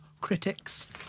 critics